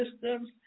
systems